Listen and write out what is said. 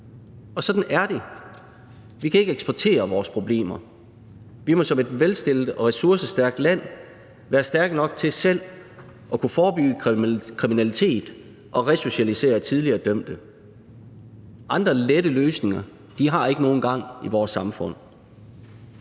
Og sådan er det: Vi kan ikke eksportere vores problemer. Vi må som et velstillet og ressourcestærkt land være stærke nok til selv at kunne forebygge kriminalitet og resocialisere tidligere dømte. Andre, lette løsninger har ikke nogen gang i vores samfund.